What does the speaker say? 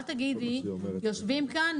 אל תגידי: יושבים כאן,